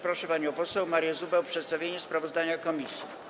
Proszę panią poseł Marię Zubę o przedstawienie sprawozdania komisji.